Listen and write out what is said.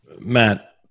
Matt